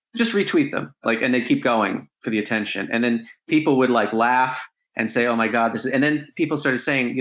just retweet them, like and they'd keep going, for the attention. and then people would, like, laugh and say, oh my god, and then people started saying, you